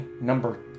number